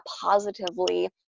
positively